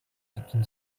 chicken